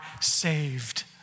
saved